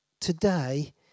today